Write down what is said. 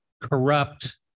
corrupt